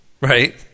right